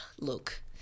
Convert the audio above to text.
look